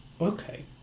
Okay